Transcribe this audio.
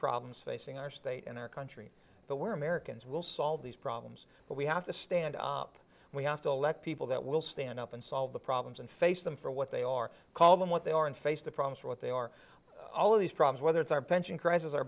problems facing our state and our country but we're americans will solve these problems but we have to stand up and we have to elect people that will stand up and solve the problems and face them for what they are call them what they are and face the problems for what they are all of these problems whether it's our pension crisis our